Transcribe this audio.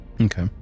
Okay